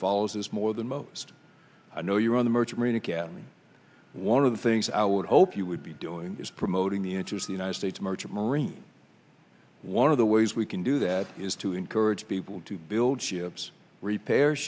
follows us more than most i know you're on the merchant marine academy one of the things i would hope you would be doing is promoting the answers the united states merchant marine one of the ways we can do that is to encourage people to build ships repair